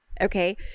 Okay